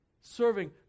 Serving